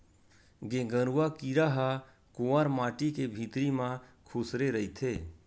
गेंगरूआ कीरा ह कोंवर माटी के भितरी म खूसरे रहिथे